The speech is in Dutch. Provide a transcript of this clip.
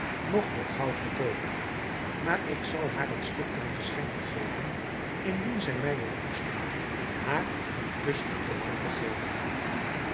noch voor goud verkoopen maar ik zal haar het stuk ten geschenke geven indien zij mij wil toestaan haar een kus op de wang te geven